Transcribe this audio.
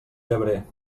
llebrer